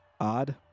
odd